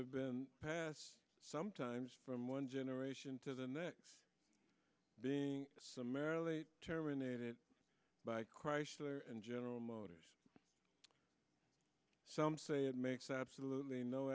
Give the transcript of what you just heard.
have been passed sometimes from one generation to the next being summarily terminated by chrysler and general motors some say it makes absolutely no